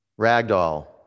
ragdoll